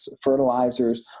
fertilizers